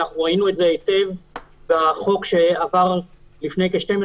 ראינו את זה היטב בחוק שעבר לפני כ-12